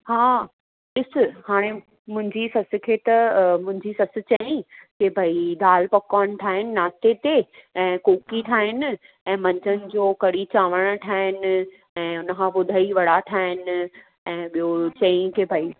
हा ॾिसु हाणे मुंहिंजी सस खे त मुंहिंजी ससु चयुईं की भई दाल पकवान ठाहीनि नाश्ते ते ऐं कोकी ठाहीनि ऐं मंझंदि जो कढ़ी चांवर ठाहीनि ऐं हुन खां पोइ ॾही वड़ा ठाहीनि ऐं ॿियो चईं कि भई